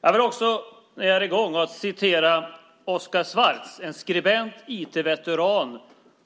Jag vill också när jag ändå är i gång återge vad Oscar Swartz - skribent, IT-veteran